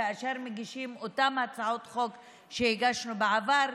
כאשר מגישים את אותן הצעות חוק שהגשנו בעבר,